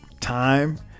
time